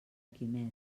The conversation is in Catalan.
quimet